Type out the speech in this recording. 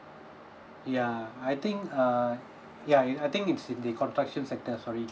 ya I think uh ya y~ I think it's in the construction sector sorry